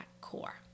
core